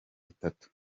bitatu